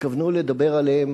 התכוונו לדבר עליהם